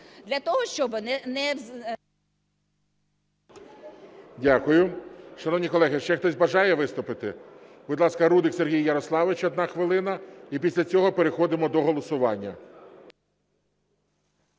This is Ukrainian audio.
Дякую. Шановні колеги, ще хтось бажає виступити? Будь ласка, Рудик Сергій Ярославович – 1 хвилина, і після цього переходимо до голосування.